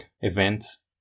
events